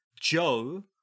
Joe